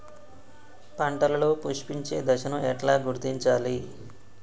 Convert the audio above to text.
పంటలలో పుష్పించే దశను ఎట్లా గుర్తించాలి?